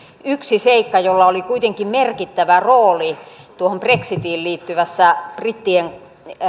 yksi seikka jolla oli kuitenkin merkittävä rooli tuohon brexitiin liittyvässä brittien